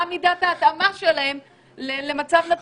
לבדוק איזה מתווים יש ומה מידת ההתאמה שלהם למצב נתון.